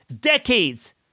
decades